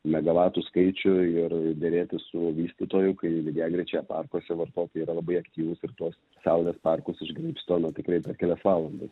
megavatų skaičių ir derėtis su vystytoju kai lygiagrečia parkuose vartotojai yra labai aktyvūs ir tuos saulės parkus išgraibsto na tikrai per kelias valandas